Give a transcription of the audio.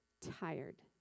tired